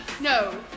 no